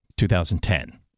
2010